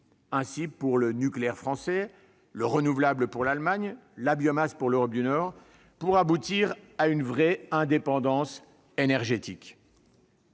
de vie- le nucléaire français, le renouvelable pour l'Allemagne ou la biomasse pour l'Europe du Nord -, pour aboutir à une vraie indépendance énergétique